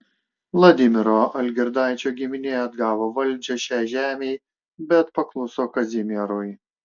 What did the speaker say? vladimiro algirdaičio giminė atgavo valdžią šiai žemei bet pakluso kazimierui